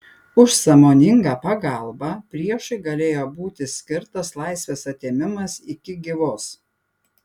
už sąmoningą pagalbą priešui galėjo būti skirtas laisvės atėmimas iki gyvos